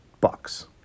Bucks